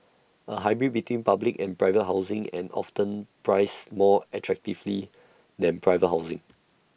A hybrid between public and private housing and often priced more attractively than private housing